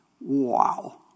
wow